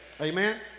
Amen